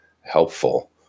helpful